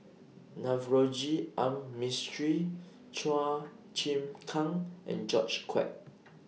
Navroji R Mistri Chua Chim Kang and George Quek